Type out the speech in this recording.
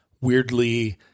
weirdly